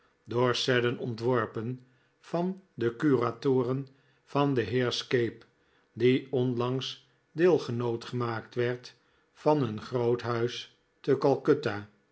seddon ontworpen van de curatoren van den heer scape die onlangs deelgenoot gemaakt werd van een groot huis te